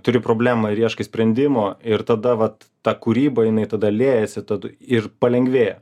turi problemą ir ieškai sprendimo ir tada vat ta kūryba jinai tada liejasi tad ir palengvėja